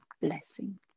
blessing